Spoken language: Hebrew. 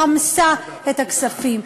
חמסה את הכספים.